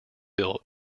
built